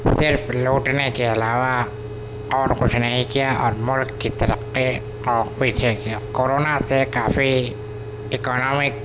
صرف لوٹنے کے علاوہ اور کچھ نہیں کیا اور ملک کی ترقی کو پیچھے کیا کورونا سے کافی اکانامک